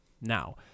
Now